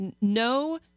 no